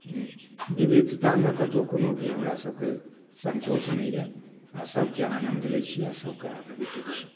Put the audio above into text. विविधतामे कतौ कोनो भी हमरसभके संकोच नहि यऽ आ सभके आनंद लै छी आ सभके आनंद दै छी